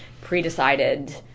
pre-decided